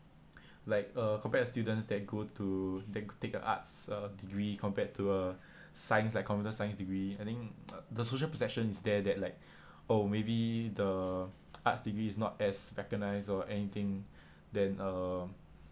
like uh compared to students that go to that take a arts uh degree compared to a science like computer science degree I think the social perception is there that like oh maybe the arts degree is not as recognised or anything than uh